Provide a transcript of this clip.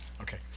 Okay